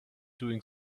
doing